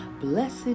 Blessed